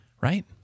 right